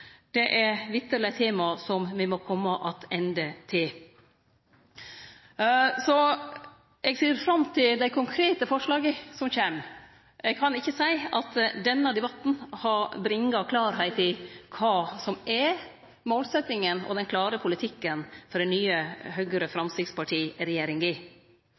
Det er vitterleg eit tema me må kome attende til. Eg ser fram til dei konkrete forslaga som kjem. Eg kan ikkje seie at denne debatten har bringa klarleik i kva som er målsetjinga og den klare politikken for den nye